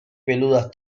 peludas